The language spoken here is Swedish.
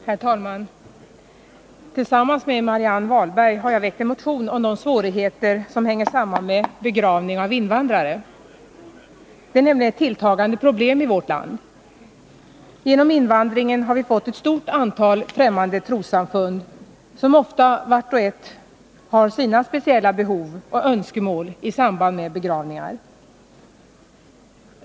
Herr talman! Tillsammans med Marianne Wahlberg har jag väckt en motion om de svårigheter som hänger samman med begravning av invandrare. Det är nämligen ett tilltagande problem i vårt land. På grund av invandringen har vi fått ett stort antal fftämmande trossamfund, som ofta vart och ett har sina speciella behov och önskemål i samband med begravningar.